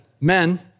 Men